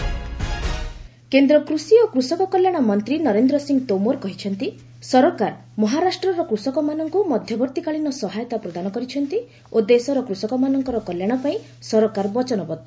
farmers ତୋମାର କେନ୍ଦ୍ର କୃଷି ଓ କୃଷକ କଲ୍ୟାଣ ମନ୍ତ୍ରୀ ନରେନ୍ଦ୍ର ସିଂହ ତୋମର କହିଛନ୍ତି ସରକାର ମହାରାଷ୍ଟ୍ରର କୃଷକମାନଙ୍କୁ ମଧ୍ୟବର୍ତ୍ତୀକାଳୀନ ସହାୟତା ପ୍ରଦାନ କରିଛନ୍ତି ଓ ଦେଶର କୃଷକମାନଙ୍କର କଲ୍ୟାଣ ପାଇଁ ସରକାର ବଚନବଦ୍ଧ